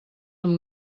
amb